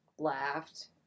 laughed